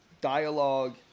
dialogue